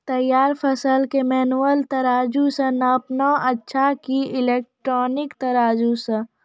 तैयार फसल के मेनुअल तराजु से नापना अच्छा कि इलेक्ट्रॉनिक तराजु से?